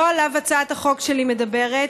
לא עליו הצעת החוק שלי מדברת.